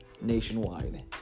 nationwide